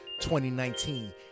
2019